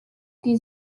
die